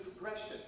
progression